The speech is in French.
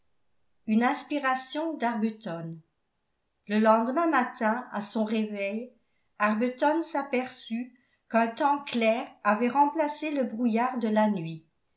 une inspiration d'arbuton le lendemain matin à son réveil arbuton s'aperçut qu'un temps clair avait remplacé le brouillard de la nuit